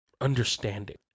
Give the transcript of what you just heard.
understanding